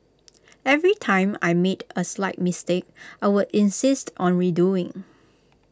every time I made A slight mistake I would insist on redoing